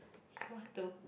want to